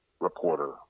reporter